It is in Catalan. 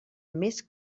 més